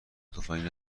تفنگ